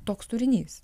toks turinys